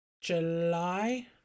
July